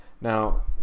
now